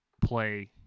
play